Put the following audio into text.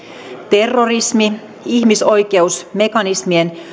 terrorismi ihmisoikeusmekanismien